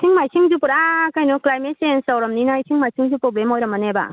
ꯏꯁꯤꯡ ꯃꯥꯏꯁꯤꯡꯁꯨ ꯄꯨꯔꯥ ꯀꯩꯅꯣ ꯀ꯭ꯂꯥꯏꯃꯦꯠ ꯆꯦꯟꯖ ꯇꯧꯔꯝꯅꯤꯅ ꯏꯁꯤꯡ ꯃꯥꯏꯁꯤꯡꯗꯣ ꯄ꯭ꯔꯣꯕ꯭ꯂꯦꯝ ꯑꯣꯏꯔꯝꯃꯅꯦꯕ